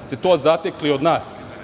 da ste to zatekli od nas.